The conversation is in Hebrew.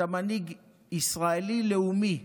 אתה מנהיג ישראלי לאומי.